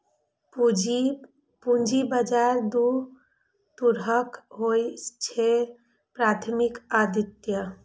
पूंजी बाजार दू तरहक होइ छैक, प्राथमिक आ द्वितीयक